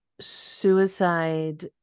suicide